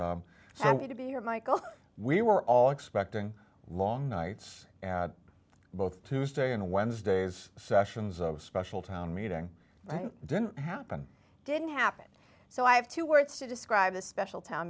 michel we were all expecting long nights at both tuesday and wednesday as sessions of special town meeting didn't happen didn't happen so i have two words to describe the special town